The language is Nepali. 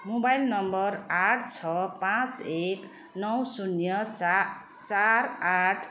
मोबाइल नम्बर आठ छ पाँच एक नौ शून्य चा चार आठ